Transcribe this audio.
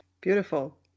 Beautiful